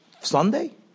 Sunday